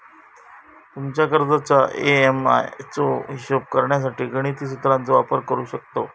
तुमच्या कर्जाच्या ए.एम.आय चो हिशोब करण्यासाठी गणिती सुत्राचो वापर करू शकतव